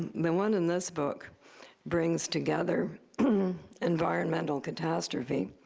the one in this book brings together environmental catastrophe,